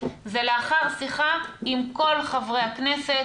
זה לאחר שיחה עם כל חברי הכנסת.